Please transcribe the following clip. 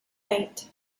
eight